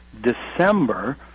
December